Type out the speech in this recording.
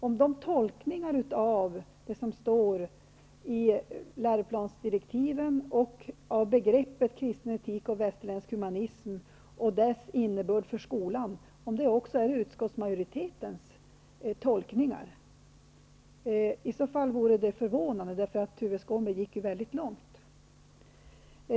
Dessa tolkningar av det som står i läroplansdirektiven och av begreppet kristen etik och västerländsk humanism och dess innebörd för skolan, är de också utskottsmajoritetens tolkningar? I så fall vore det förvånande, eftersom Tuve Skånberg gick mycket långt.